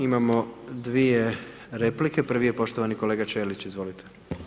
Imamo dvije replike, prvi j poštovani kolega Ćelić, izvolite.